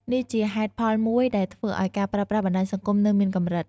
នេះជាហេតុផលមួយដែលធ្វើឱ្យការប្រើប្រាស់បណ្ដាញសង្គមនៅមានកម្រិត។